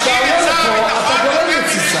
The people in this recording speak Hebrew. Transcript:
כשאתה עולה לפה אתה גורם לתסיסה?